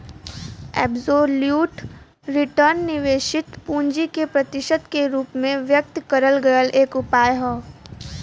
absolute return निवेशित पूंजी के प्रतिशत के रूप में व्यक्त करल गयल एक उपाय हौ